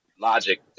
logic